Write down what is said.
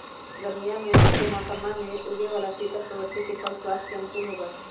गर्मीया के मौसम्मा में उगे वाला शीतल प्रवृत्ति के फल स्वास्थ्य के अनुकूल होबा हई